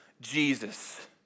Jesus